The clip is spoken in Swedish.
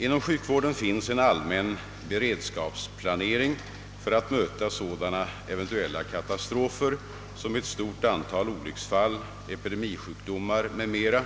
Inom sjukvården finns en allmän beredskapsplanering för att möta sådana eventuella katastrofer som ett stort antal olycksfall, epidemisjukdomar m.m.